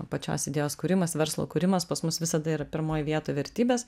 pačios idėjos kūrimas verslo kūrimas pas mus visada yra pirmoj vietoj vertybės